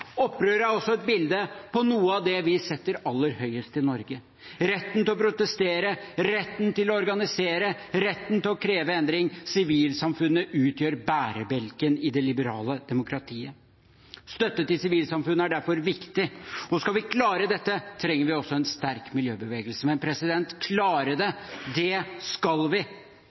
Opprøret er også et bilde på noe av det vi setter aller høyest i Norge: retten til å protestere, retten til å organisere, retten til å kreve endring. Sivilsamfunnet utgjør bærebjelken i det liberale demokratiet. Støtte til sivilsamfunnet er derfor viktig, og skal vi klare dette, trenger vi også en sterk miljøbevegelse. Men klare det, det skal vi.